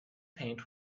paint